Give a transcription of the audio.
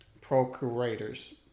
procurators